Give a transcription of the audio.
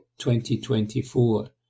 2024